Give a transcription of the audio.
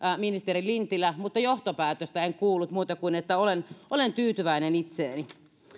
ministeri lintilä mutta johtopäätöstä en kuullut muuta kuin että olen olen tyytyväinen itseeni